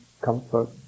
comfort